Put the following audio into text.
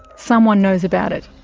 someone knows about it.